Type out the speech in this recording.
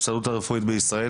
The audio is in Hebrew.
מההסתדרות הרפואית בישראל,